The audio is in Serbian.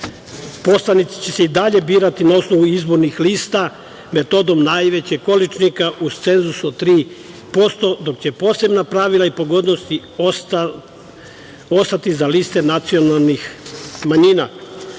Poslanici će se i dalje birati na osnovu izbornih lista metodom najvećeg količnika, uz cenzus od 3%, dok će posebna pravila i pogodnosti ostati za liste nacionalnih manjina.